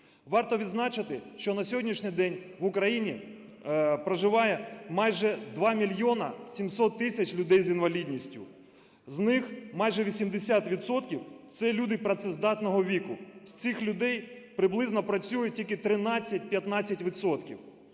Варто відзначити, що на сьогоднішній день в Україні проживає майже 2 мільйона 700 тисяч людей з інвалідністю, з них майже 60 відсотків це люди працездатного віку. З цих людей приблизно працює тільки 13-15